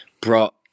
brought